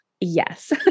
Yes